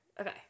okay